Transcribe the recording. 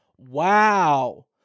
wow